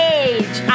age